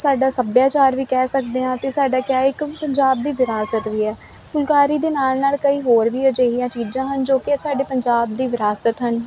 ਸਾਡਾ ਸੱਭਿਆਚਾਰ ਵੀ ਕਹਿ ਸਕਦੇ ਹਾਂ ਤੇ ਸਾਡਾ ਕਿਹਾ ਇੱਕ ਪੰਜਾਬ ਦੀ ਵਿਰਾਸਤ ਵੀ ਹੈ ਫੁਲਕਾਰੀ ਦੇ ਨਾਲ ਨਾਲ ਕਈ ਹੋਰ ਵੀ ਅਜਿਹੀਆਂ ਚੀਜ਼ਾਂ ਹਨ ਜੋ ਕਿ ਸਾਡੇ ਪੰਜਾਬ ਦੀ ਵਿਰਾਸਤ ਹਨ